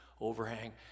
overhang